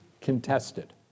contested